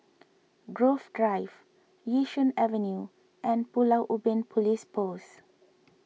Grove Drive Yishun Avenue and Pulau Ubin Police Post